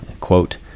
quote